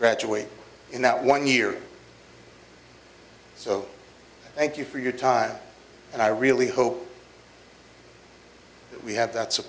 graduate in that one year so thank you for your time and i really hope that we have that s